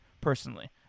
personally